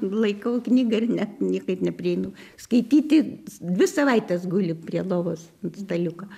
laikau knygą ir net niekaip neprieinu skaityti dvi savaites guli prie lovos ant staliuko